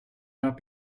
not